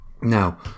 now